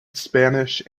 spanish